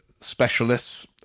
specialists